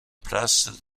place